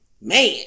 Man